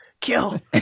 kill